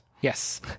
Yes